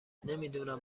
نمیدونم